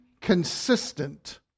consistent